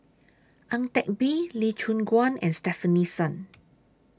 Ang Teck Bee Lee Choon Guan and Stefanie Sun